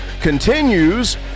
continues